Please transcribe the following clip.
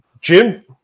Jim